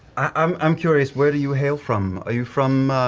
i'm i'm curious, where do you hail from? are you from